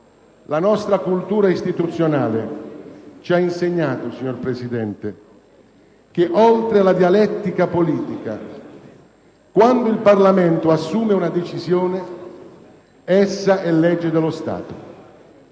La nostra cultura istituzionale ci ha insegnato che, oltre la dialettica politica, quando il Parlamento assume una decisione, essa è legge dello Stato.